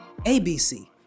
ABC